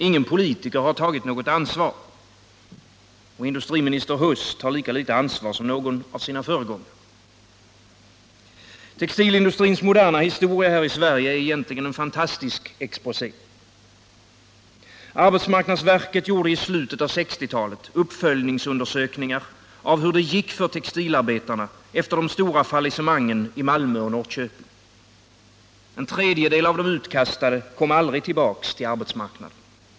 Ingen politiker har tagit något ansvar. Och industriministern Huss tar lika litet ansvar som någon av sina föregångare. Textilindustrins moderna historia här i Sverige är egentligen en fantastisk exposé. Arbetsmarknadsverket gjorde i slutet av 1960-talet uppföljningsundersökningar av hur det gick för textilarbetarna efter de stora fallissemangen i Malmö och Norrköping. En tredjedel av de utkastade kom aldrig tillbaks till arbetsmarknaden.